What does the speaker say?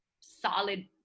solid